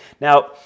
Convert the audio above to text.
Now